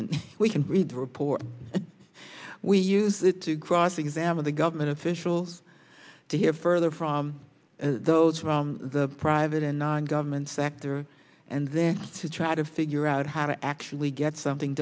can we can read the report we use it to cross examine the government officials to hear further from those from the private and non government sector and then to try to figure out how to actually get something